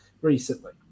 recently